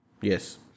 yes